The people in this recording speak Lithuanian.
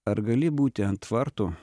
ar gali būti ant vartų